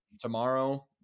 Tomorrow